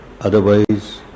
Otherwise